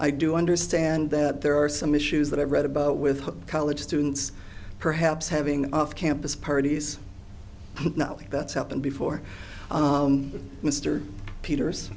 i do understand that there are some issues that i read about with college students perhaps having an off campus parties now that's happened before mr peters